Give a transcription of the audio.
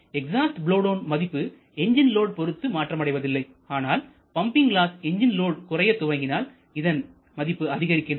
exhaust blow down மதிப்பு engine load பொறுத்து மாற்றம் அடைவதில்லை ஆனால் பம்பிங் லாஸ் என்ஜின் லோட் குறையத் துவங்கினால் இதன் மதிப்பு அதிகரிக்கின்றது